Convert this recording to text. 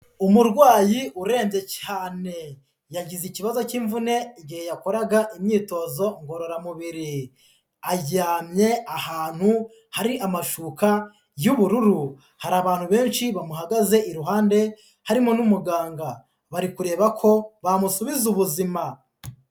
Umurwayi urembye cyane yagize ikibazo cy'imvune igihe yakoraga imyitozo ngororamubiri, aryamye ahantu hari amashuka y'ubururu, hari abantu benshi bamuhagaze iruhande harimo n'umuganga bari kureba ko bamusubiza ubuzima.